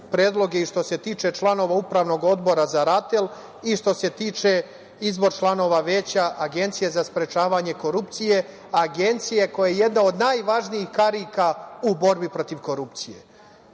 se tiče članova Upravnog odbora za RATEL i što se tiče izbor članova veća Agencije za sprečavanje korupcije, Agencije koja je jedna od najvažnijih karika u borbi protiv korupcije.